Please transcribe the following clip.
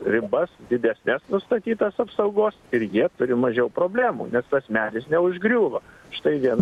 ribas didesnes nustatytas apsaugos ir jie turi mažiau problemų nes tas medis neužgriūva štai vien